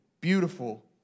beautiful